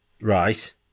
Right